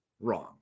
wrong